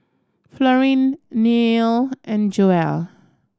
Florine Neil and Joel